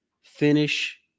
finish